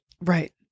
Right